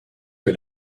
que